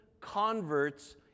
converts